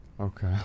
Okay